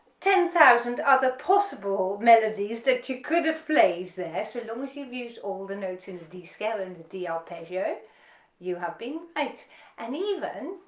ten thousand other possible melodies that you could have played there so long as you've used all the notes in the d scale and the arpeggio you have been right and even,